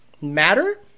matter